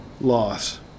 loss